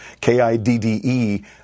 K-I-D-D-E